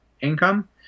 income